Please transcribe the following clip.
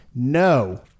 No